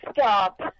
stop